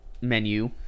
menu